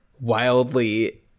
wildly